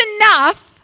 enough